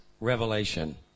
revelation